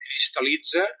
cristal·litza